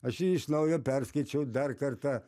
aš jį iš naujo perskaičiau dar kartą